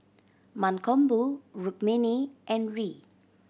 Mankombu Rukmini and Hri